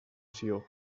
sió